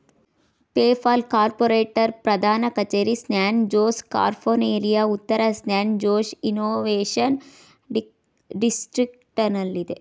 PayPal corporate ಪ್ರಧಾನ ಕಚೇರಿ San Jose, ಕ್ಯಾಲಿಫೋರ್ನಿಯಾದ ಉತ್ತರ ಸ್ಯಾನ್ ಜೋಸ್ ಇನ್ನೋವೇಶನ್ ಡಿಸ್ಟ್ರಿಕ್ಟನಲ್ಲಿದೆ